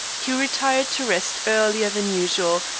he retired to rest earlier than usual,